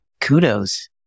Kudos